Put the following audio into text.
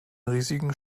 riesigen